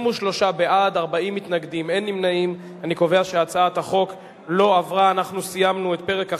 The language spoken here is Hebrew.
אני פונה אליכם, חברי הכנסת,